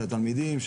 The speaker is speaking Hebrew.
לתלמידים,